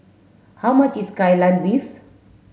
how much is Kai Lan beef